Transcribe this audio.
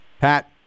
Pat